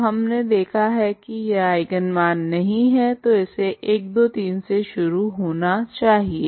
तो हमने देखा है की यह आइगन मान नहीं है तो इसे 123 से शुरू होना चाहिए